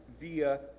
via